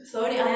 Sorry